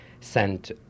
sent